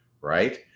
Right